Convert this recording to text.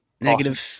Negative